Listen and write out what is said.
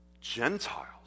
Gentiles